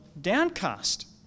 downcast